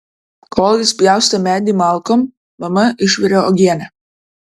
kol jis pjaustė medį malkom mama išvirė uogienę